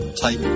type